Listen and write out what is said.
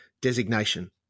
designation